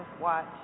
watch